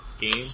game